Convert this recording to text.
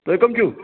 تُہۍ کٕم چھُو